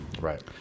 Right